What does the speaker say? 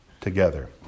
together